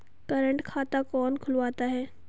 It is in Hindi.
करंट खाता कौन खुलवाता है?